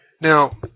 Now